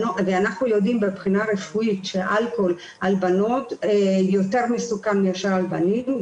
אנחנו יודעים שמבחינה רפואית אלכוהול על בנות יותר מסוכן מאשר על הבנים,